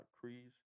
trees